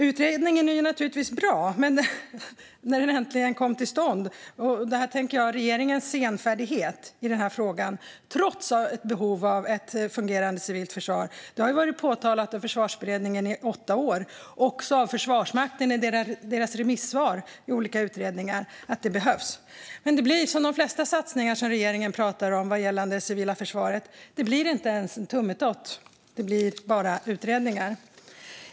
Utredningen var naturligtvis bra, när den äntligen kom till stånd. Regeringens senfärdighet i denna fråga, trots behovet av ett fungerande civilt försvar, har påtalats av Försvarsberedningen under åtta år. Också Försvarsmakten har i sina remissvar i olika utredningar sagt att det behövs. Men som med de flesta satsningar på det civila försvaret som regeringen pratar om blir det inte ens en tummetott, utan det blir bara utredningar.